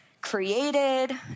created